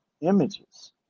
images